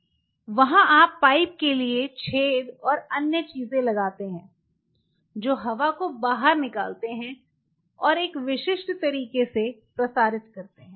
वहां आप पाइप के लिए छेद और अन्य चीज़ें लगते हैं देखें समय 0427 जो हवा को बाहर निकलते हैं और एक विशिष्ठ तरीके से प्रसारित करते हैं